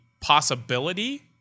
possibility